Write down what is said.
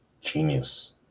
genius